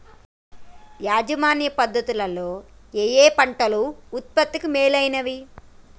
యాజమాన్య పద్ధతు లలో ఏయే పంటలు ఉత్పత్తికి మేలైనవి?